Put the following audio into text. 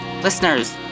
listeners